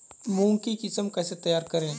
मूंग की किस्म कैसे तैयार करें?